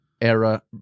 era